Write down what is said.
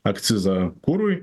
akcizą kurui